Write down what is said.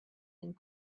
and